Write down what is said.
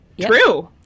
True